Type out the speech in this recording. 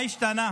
מה השתנה?